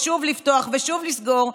שוב לפתוח ושוב לסגור,